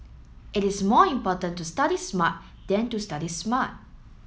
it is more important to study smart than to study smart